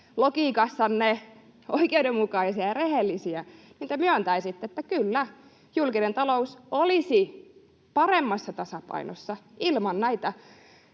logiikassanne oikeudenmukaisia ja rehellisiä, niin te myöntäisitte, että kyllä, julkinen talous olisi paremmassa tasapainossa ilman näitä,